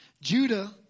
Judah